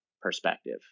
perspective